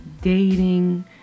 dating